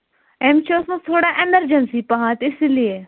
أمِس چھِ ٲسمٕژ تھوڑا ایمَرجَنسی پہنتھ اِسی لیے